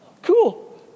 Cool